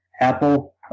Apple